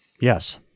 Yes